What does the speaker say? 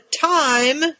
time